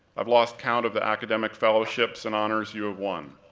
i've lost count of the academic fellowships and honors you have won,